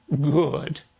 good